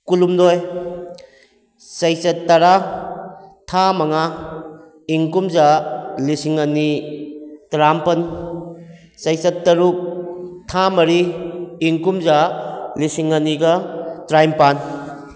ꯀꯨꯟꯍꯨꯝꯗꯣꯏ ꯆꯩꯆꯠ ꯇꯥꯔꯥ ꯊꯥ ꯃꯉꯥ ꯏꯪ ꯀꯨꯝꯖꯥ ꯂꯤꯁꯤꯡ ꯑꯅꯤ ꯇꯥꯔꯥꯃꯥꯄꯜ ꯆꯩꯆꯠ ꯇꯔꯨꯛ ꯊꯥ ꯃꯔꯤ ꯏꯪ ꯀꯨꯝꯖꯥ ꯂꯤꯁꯤꯡ ꯑꯅꯤꯒ ꯇꯥꯔꯥꯅꯤꯄꯥꯜ